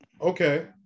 Okay